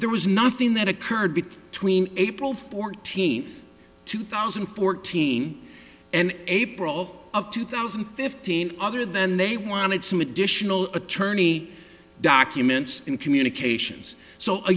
there was nothing that occurred between april fourteenth two thousand and fourteen and april of two thousand and fifteen other than they wanted some additional attorney documents and communications so a